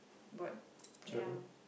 but ya